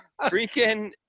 freaking